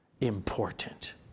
important